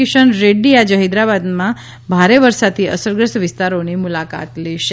કિસન રેડ્ડી આજે હૈદરાબાદના ભારે વરસાદથી અસરગ્રસ્ત વિસ્તારોની મુલાકાત લેશે